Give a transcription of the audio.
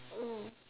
oh